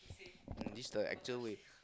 this is the actual way